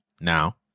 now